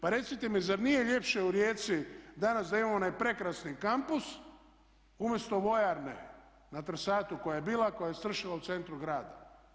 Pa recite mi zar nije ljepše u Rijeci danas da imamo onaj prekrasni kampus umjesto vojarne na Trsatu koja je bila, koja je stršala u centru grada?